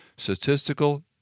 statistical